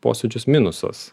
posėdžius minusas